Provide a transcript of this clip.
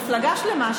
מפלגה שלמה,